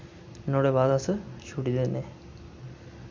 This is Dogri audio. नुआढ़े बाद अस छुड़ी दिन्ने